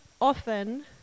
often